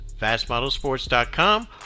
FastModelSports.com